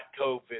COVID